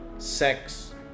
sex